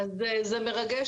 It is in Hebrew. זה באמת מרגש,